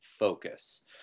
focus